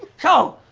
so,